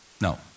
No